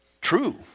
True